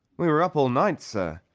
we were up all night, sir,